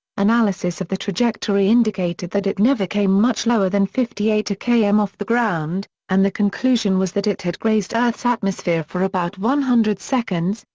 analysis of the trajectory indicated that it never came much lower than fifty eight km off the ground, and the conclusion was that it had grazed earth's atmosphere for about one hundred seconds,